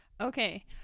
Okay